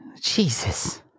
Jesus